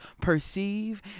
perceive